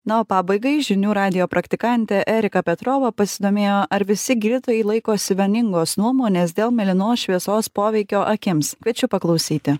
na o pabaigai žinių radijo praktikantė erika petrova pasidomėjo ar visi gydytojai laikosi vieningos nuomonės dėl mėlynos šviesos poveikio akims kviečiu paklausyti